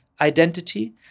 identity